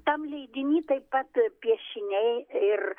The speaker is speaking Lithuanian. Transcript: tam leidiny taip pat piešiniai ir